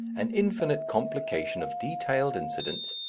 an infinite complication of detailed incidents,